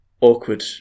awkward